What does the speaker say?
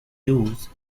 use